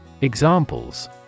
Examples